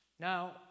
Now